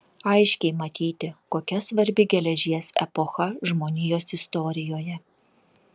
aiškiai matyti kokia svarbi geležies epocha žmonijos istorijoje